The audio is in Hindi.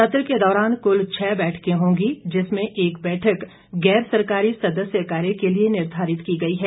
सत्र के दौरान कुल छः बैठकें होंगी जिसमें एक बैठक गैर सरकारी सदस्य कार्य के लिए निर्धारित की गई है